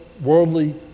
worldly